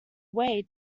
way